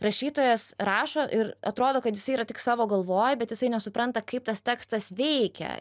rašytojas rašo ir atrodo kad jisai yra tik savo galvoj bet jisai nesupranta kaip tas tekstas veikia